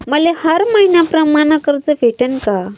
मले हर मईन्याप्रमाणं कर्ज भेटन का?